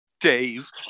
Dave